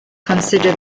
consider